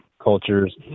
cultures